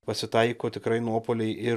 pasitaiko tikrai nuopuoliai ir